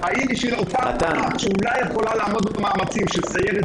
האם בשביל אותה אחת שאולי יכולה לעמוד במאמצים של סיירת